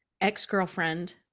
ex-girlfriend